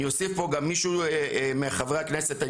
מישהו מחברי הכנסת,